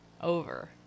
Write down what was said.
Over